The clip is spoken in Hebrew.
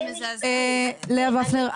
לאה ופנר,